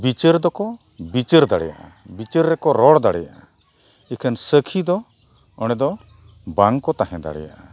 ᱵᱤᱪᱟᱹᱨ ᱫᱚᱠᱚ ᱵᱤᱪᱟᱹᱨ ᱫᱟᱲᱮᱭᱟᱜᱼᱟ ᱵᱤᱪᱟᱹᱨ ᱨᱮᱠᱚ ᱨᱚᱲ ᱫᱟᱲᱮᱭᱟᱜᱼᱟ ᱮᱠᱷᱮᱱ ᱥᱟᱹᱠᱷᱤ ᱫᱚ ᱚᱸᱰᱮ ᱫᱚ ᱵᱟᱝ ᱠᱚ ᱛᱟᱦᱮᱸ ᱫᱟᱲᱮᱭᱟᱜᱼᱟ